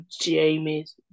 Jamie's